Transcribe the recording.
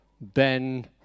ben